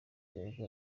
cyangwa